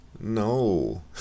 no